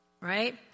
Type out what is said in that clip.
right